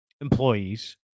Employees